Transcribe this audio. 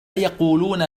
يقولون